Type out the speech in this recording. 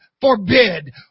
forbid